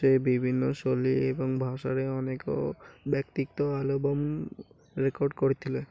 ସେ ବିଭିନ୍ନ ଶୈଲୀ ଏବଂ ଭାଷାରେ ଅନେକ ବ୍ୟକ୍ତିତ୍ୱ ଆଲବମ୍ ରେକର୍ଡ଼୍ କରିଥିଲେ